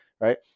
right